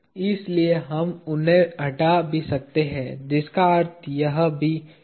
इसलिए हम उन्हें हटा भी सकते हैं जिसका अर्थ यह भी 0 है